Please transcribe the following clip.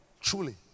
Truly